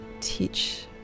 teach